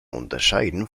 unterscheiden